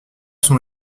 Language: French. sont